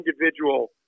individual